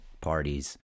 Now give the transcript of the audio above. parties